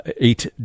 eight